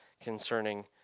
concerning